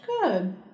Good